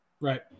Right